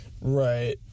Right